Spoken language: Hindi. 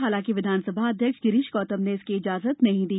हालाँकि विधानसभा अध्यक्ष गिरीश गौतम ने इसकी इजाजत नहीं दी